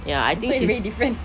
so it's very different